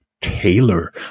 Taylor